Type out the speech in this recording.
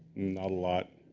not a lot,